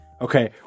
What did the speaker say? Okay